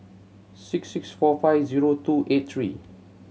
six six four five zero two eight three